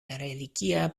religia